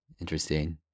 Interesting